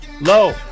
Low